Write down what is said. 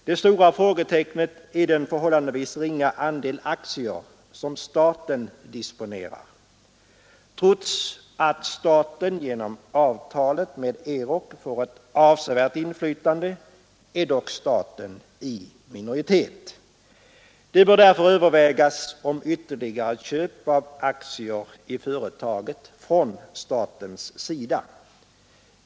Det stora frågetecknet är den förhållandevis ringa andel aktier som staten disponerar. Trots att staten genom avtalet med Euroc får ett avsevärt inflytande är den dock i minoritet. Man bör därför överväga ytterligare köp av aktier i företaget från statens sida.